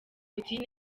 putin